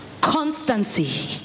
constancy